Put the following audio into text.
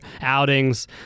outings